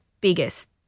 biggest